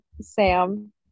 Sam